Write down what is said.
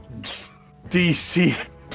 DC